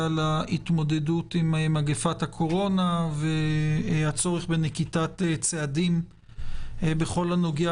להתמודדות עם מגפת הקורונה והצורך בנקיטת צעדים בכל הנוגע